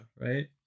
Right